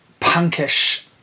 punkish